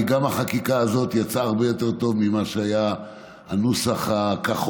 כי גם החקיקה הזאת יצאה הרבה יותר טוב מהנוסח הכחול,